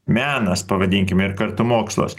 menas pavadinkime ir kartu mokslas